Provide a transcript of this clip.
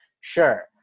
Sure